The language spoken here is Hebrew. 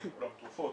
עולם התרופות,